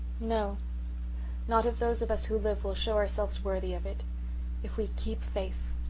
no not if those of us who live will show ourselves worthy of it if we keep faith